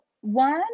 one